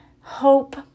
hope